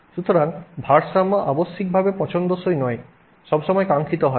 সুতরাং ভারসাম্য আবশ্যিকভাবে পছন্দসই নয় সবসময় কাঙ্ক্ষিত হয় না